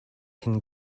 can